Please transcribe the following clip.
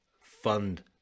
fund